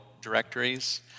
directories